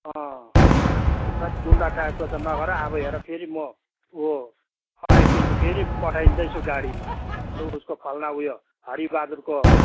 अँ थेत गुन्डा टाइपको त नगर है अब हेर फेरि म उ अढाई केजी फेरि पठाइदिँदैछु गाडीमा उसको फलना उयो हरिबहादुरको